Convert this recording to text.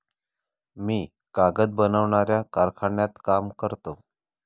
मी कागद बनवणाऱ्या कारखान्यात काम करतो